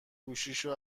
گوشیشو